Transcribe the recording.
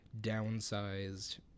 downsized